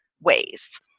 ways